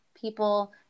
people